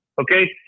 Okay